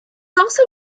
also